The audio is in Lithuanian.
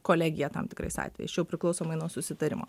kolegija tam tikrais atvejais čia jau priklausomai nuo susitarimo